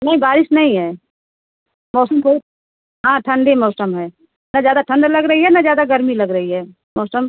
नहीं बारिश नहीं है मौसम कोई हाँ ठंडा मौसम है ना ज़्यादा ठंड लग रही है ना ज़्यादा गर्मी लग रही है मौसम